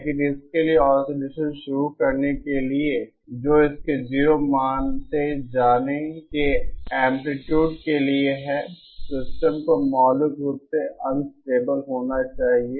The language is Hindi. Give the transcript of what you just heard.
लेकिन इसके लिए ऑसिलेसन शुरू करने के लिए जो इसके 0 मान से जाने के एंप्लीट्यूड के लिए है सिस्टम को मौलिक रूप से अनस्टेबल होना चाहिए